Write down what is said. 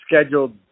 scheduled